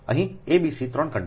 અહીં abc 3 conductor છે